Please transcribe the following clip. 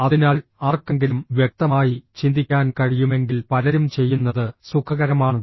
അതിനാൽ ആർക്കെങ്കിലും വ്യക്തമായി ചിന്തിക്കാൻ കഴിയുമെങ്കിൽ പലരും ചെയ്യുന്നത് സുഖകരമാണ്